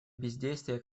бездействия